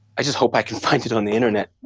i just hope i can find it on the internet.